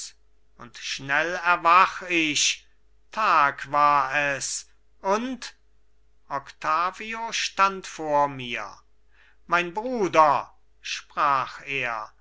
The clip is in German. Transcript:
und schnell erwach ich tag war es und octavio stand vor mir mein bruder sprach er